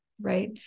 right